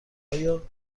آیای